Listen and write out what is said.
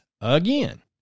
again